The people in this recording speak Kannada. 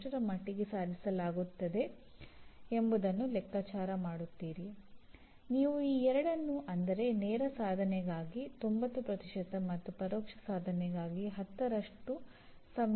ಅವರು ಹೊಂದಿರುವ ಸಂಪನ್ಮೂಲ ಮತ್ತು ಅಧ್ಯಾಪಕರನ್ನು ಅವಲಂಬಿಸಿ ಅವುಗಳಿಗೆ ಇನ್ನೂ ಕೆಲವು ವೈಶಿಷ್ಟ್ಯತೆಗಳನ್ನು ಸೇರಿಸಬಹುದು